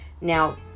Now